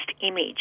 image